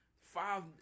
five